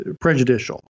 prejudicial